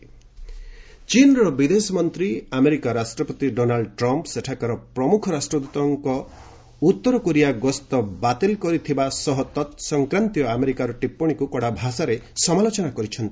China US ଏନ୍କୋରିଆ ଚୀନ୍ର ବିଦେଶ ମନ୍ତ୍ରୀ ଆମେରିକା ରାଷ୍ଟ୍ରପତି ଡୋନାଲଡ୍ ଟ୍ରମ୍ପ୍ ସେଠାକାର ପ୍ରମୁଖ ରାଷ୍ଟଦ୍ୱତଙ୍କ ଉତ୍ତରକୋରିଆ ଗସ୍ତ ବାତିଲ କରିଥିବାରୁ ଓ ତତ୍ସଂକାନ୍ତୀୟ ଆମେରିକାର ଟିସ୍ପଣୀକୁ କଡ଼ା ଭାଷାରେ ସମାଲୋଚନା କରିଛନ୍ତି